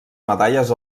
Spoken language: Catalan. medalles